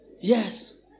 Yes